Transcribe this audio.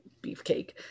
beefcake